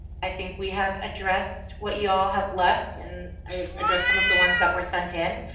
i think we have addressed what you all have left and i address some of the ones that were sent in